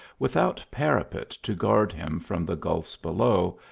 without parapet to guard him from the gulfs below,